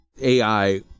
AI